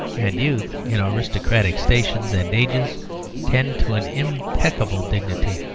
and youth in aristocratic stations and ages tended to an impeccable dignity,